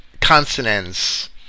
consonants